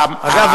אגב,